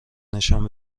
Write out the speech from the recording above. نشان